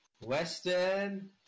Western